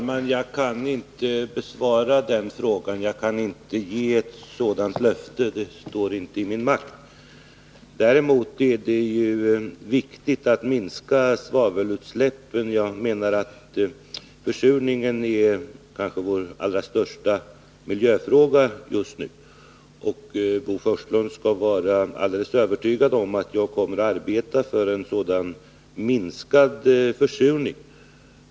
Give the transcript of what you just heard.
Herr talman! Jag kan inte ge ett sådant löfte — det står inte i min makt. Det är emellertid viktigt att minska svavelutsläppen. Försurningen är vår kanske allra största miljöfråga just nu, och Bo Forslund kan vara helt övertygad om att jag kommer att arbeta för en minskad försurning.